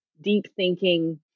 deep-thinking